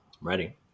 Ready